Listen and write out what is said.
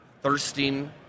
thirsting